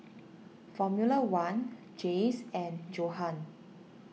Formula one Jays and Johan